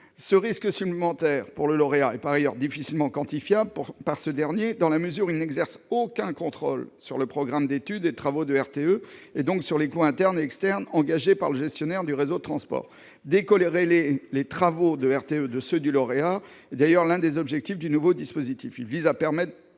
Ce risque supplémentaire pour le lauréat est par ailleurs difficilement quantifiable par ce dernier, dans la mesure où il n'exerce aucun contrôle sur le programme d'études et de travaux de RTE, et donc sur les coûts internes et externes engagés par le gestionnaire du réseau de transport. Décorréler les travaux de RTE de ceux du lauréat est d'ailleurs l'un des objectifs du nouveau dispositif.